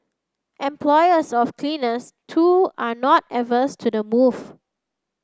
employers of cleaners too are not averse to the move